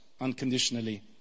unconditionally